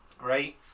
right